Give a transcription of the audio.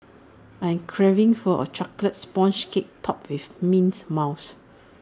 I am craving for A Chocolate Sponge Cake Topped with Mint Mousse